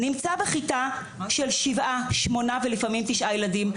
נמצא בכיתה של 7-8 ולפעמים 9 ילדים.